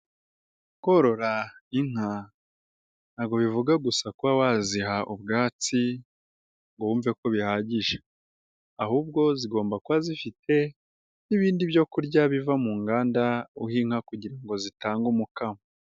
Korora inka ntabwo bivuga gusa kuba waziha ubwatsi ngo wumve ko bihagije, ahubwo zigomba kuba zifite n'ibindi byokurya biva mu nganda uha inka kugira ngo zitange umukamo.